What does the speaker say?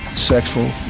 sexual